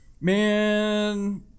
Man